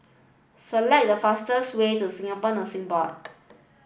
select the fastest way to Singapore Nursing Board